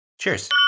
Cheers